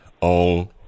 on